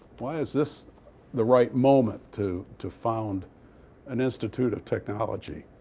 why is this the right moment to to found an institute of technology?